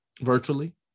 virtually